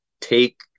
take